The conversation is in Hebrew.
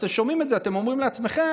כשאתם שומעים את זה אתם אומרים לעצמכם,